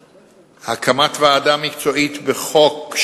4. הקמת ועדה מקצועית בחוק,